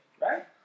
right